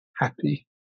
happy